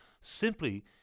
simply